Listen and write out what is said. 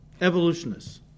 evolutionists